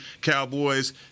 Cowboys